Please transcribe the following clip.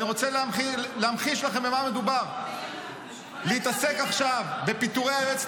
אני רוצה להמחיש לכם במה מדובר: להתעסק עכשיו בפיטורי היועצת